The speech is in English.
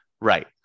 Right